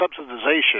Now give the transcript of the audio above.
subsidization